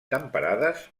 temperades